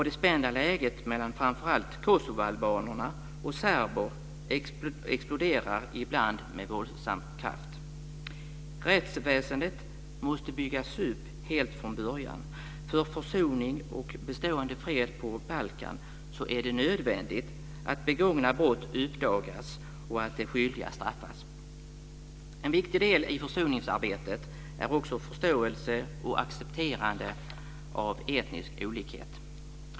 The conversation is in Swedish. Det spända läget mellan framför allt kosovoalbaner och serber exploderar ibland med våldsam kraft. Rättsväsendet måste byggas upp helt från början. För försoning och bestående fred på Balkan är det nödvändigt att begångna brott uppdagas och att de skyldiga straffas. En viktig del i försoningsarbetet är också förståelse och accepterande av etnisk olikhet.